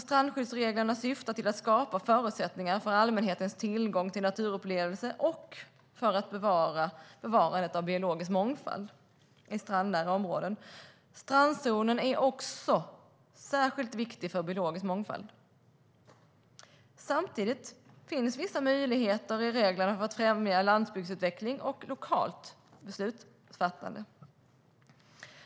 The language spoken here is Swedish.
Strandskyddsreglerna syftar till att skapa förutsättningar för allmänhetens tillgång till naturupplevelser och för bevarandet av biologisk mångfald i strandnära områden. Strandzonen är också särskilt viktig för biologisk mångfald. Samtidigt finns vissa möjligheter i reglerna att främja landsbygdsutveckling och lokalt beslutsfattande.